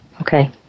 Okay